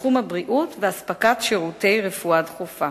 בתחום הבריאות ואספקת שירותי רפואה דחופה.